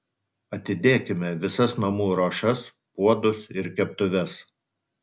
atidėkime visas namų ruošas puodus ir keptuves